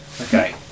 Okay